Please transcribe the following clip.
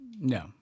No